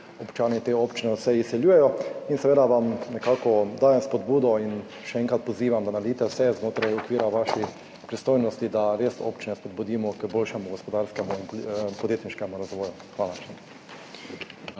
občani teh občin se izseljujejo. Nekako vam dajem spodbudo in vas še enkrat pozivam, da naredite vse znotraj okvira svojih pristojnosti, da res občine spodbudimo k boljšemu gospodarskemu in podjetniškemu razvoju. Hvala.